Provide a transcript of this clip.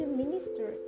minister